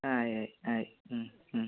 ആയി ആയി ആയി